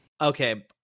Okay